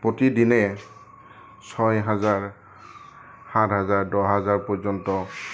প্ৰতিদিনে ছয় হাজাৰ সাত হাজাৰ দহ হাজাৰ পৰ্যন্ত